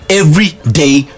everyday